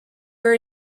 her